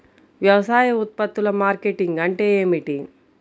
వ్యవసాయ ఉత్పత్తుల మార్కెటింగ్ అంటే ఏమిటి?